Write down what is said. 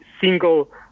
single